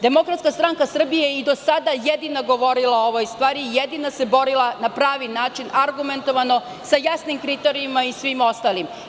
Demokratska stranka Srbije je i do sada jedina govorila o ovoj stvari, jedina se borila na pravi način, argumentovano, sa jasnim kriterijumima i svim ostalim.